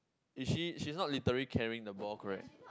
is she she's not literally carrying the ball correct